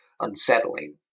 unsettling